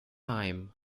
heim